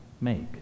make